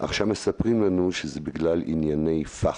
עכשיו מספרים לנו שזה בגלל ענייני פח"ע.